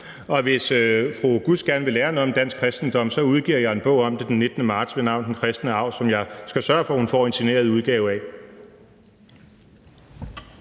og hvis fru Halime Oguz gerne vil lære noget om dansk kristendom, kan jeg sige, at jeg den 19. marts udgiver en bog om det ved navn »Den kristne arv«, som jeg skal sørge for at hun får en signeret udgave af.